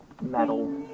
metal